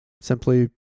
simply